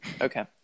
okay